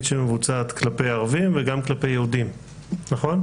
שמבוצעת כלפי ערבים וגם כלפי יהודים נכון?